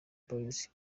boys